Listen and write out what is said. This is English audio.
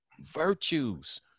Virtues